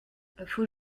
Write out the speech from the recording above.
faut